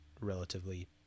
relatively